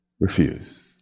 Refuse